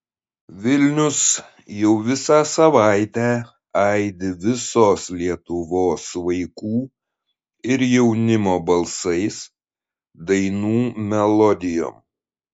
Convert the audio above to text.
vilnius jau visą savaitę aidi visos lietuvos vaikų ir jaunimo balsais dainų melodijom